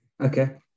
Okay